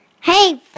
Hey